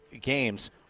games